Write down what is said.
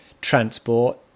transport